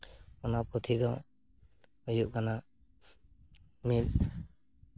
ᱚᱱᱟ ᱯᱩᱛᱷᱤ ᱫᱚ ᱦᱩᱭᱩᱜ ᱠᱟᱱᱟ ᱢᱤᱫ